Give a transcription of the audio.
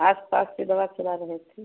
आस पास की दवा खिला रहे थे